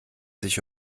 sich